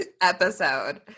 episode